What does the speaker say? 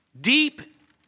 deep